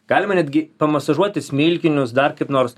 galima netgi pamasažuoti smilkinius dar kaip nors